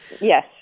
Yes